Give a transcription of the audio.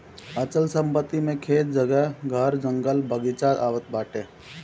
अचल संपत्ति मे खेत, जगह, घर, जंगल, बगीचा आवत बाटे